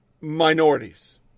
minorities